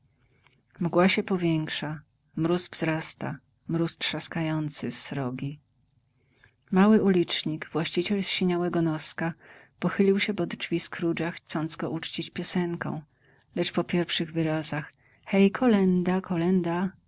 mgła się powiększa mróz wzrasta mróz trzaskający srogi mały ulicznik właściciel zsiniałego noska pochylił się pod drzwi scrooge'a chcąc go uczcić piosenką lecz po pierwszych wyrazach hej kolęda kolęda